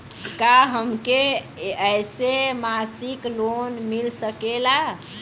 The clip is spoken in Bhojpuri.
का हमके ऐसे मासिक लोन मिल सकेला?